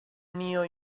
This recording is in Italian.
neo